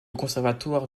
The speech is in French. conservatoire